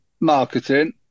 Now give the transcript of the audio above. marketing